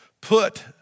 put